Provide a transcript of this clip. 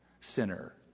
sinner